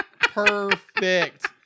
Perfect